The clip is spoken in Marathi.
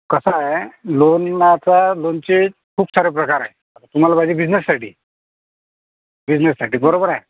कसं आहे लोन चं लोनचे खूप सारे प्रकार आहेत तुम्हाला पाहिजे बिझनेससाठी बिझनेससाठी बरोबर आहे